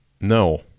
No